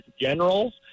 Generals